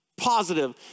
positive